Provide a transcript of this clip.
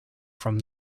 from